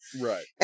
Right